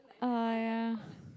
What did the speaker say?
oh ya